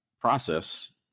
process